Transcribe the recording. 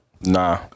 nah